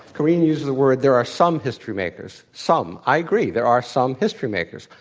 karine uses the word, there are some history makers, some. i agree, there are some history makers.